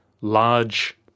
large